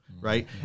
right